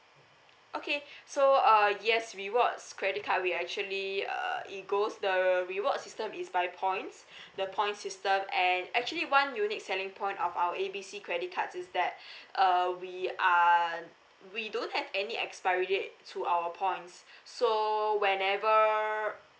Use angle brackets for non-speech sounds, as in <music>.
okay <breath> so uh yes rewards credit card we actually uh it goes the reward system is by points <breath> the point system and actually one unique selling point of our A B C credit cards is that <breath> uh we are we don't have any expiry date to our points <breath> so whenever